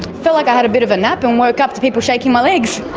felt like i had a bit of a nap and woke up to people shaking my legs.